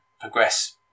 progress